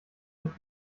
mit